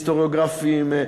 היסטוריוגרפיים,